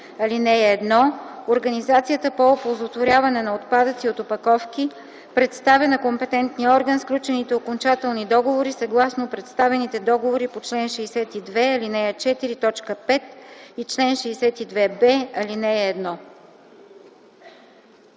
ал. 1 организацията по оползотворяване на отпадъци от опаковки представя на компетентния орган сключените окончателни договори съгласно представените договори по чл. 62, ал. 4, т. 5 и чл. 62б, ал. 1”.